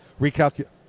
Recalculate